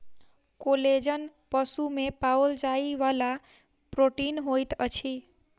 collagen पशु में पाओल जाइ वाला प्रोटीन होइत अछि